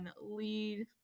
lead